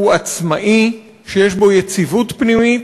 שהוא עצמאי, שיש בו יציבות פנימית,